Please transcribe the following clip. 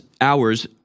hours